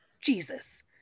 Jesus